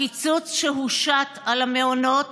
הקיצוץ שהושת על המעונות,